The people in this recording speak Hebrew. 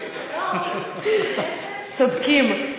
צודקים.